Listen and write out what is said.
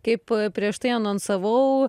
kaip prieš tai anonsavau